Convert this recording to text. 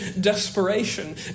desperation